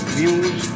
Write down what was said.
views